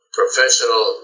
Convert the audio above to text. professional